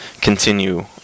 continue –